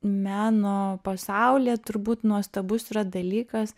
meno pasaulyje turbūt nuostabus yra dalykas